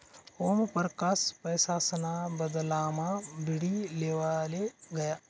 ओमपरकास पैसासना बदलामा बीडी लेवाले गया